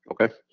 Okay